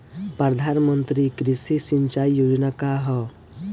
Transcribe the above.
प्रधानमंत्री कृषि सिंचाई योजना का ह?